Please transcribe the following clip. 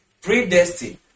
Predestined